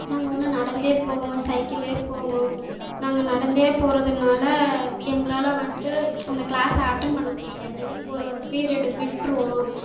நாங்கள் வந்து நடந்தே போவோம் சைக்கிளில் போவோம் நாங்கள் நடந்தே போகிறதுனால எங்களால் வந்துட்டு அந்த கிளாஸ் அட்டன் பண்ண முடியாது ஒரு ஒரு பீரியடு விட்டுரும்